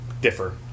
differ